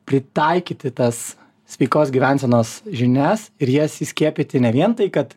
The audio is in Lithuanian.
pritaikyti tas sveikos gyvensenos žinias ir jas įskiepyti ne vien tai kad